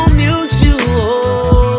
mutual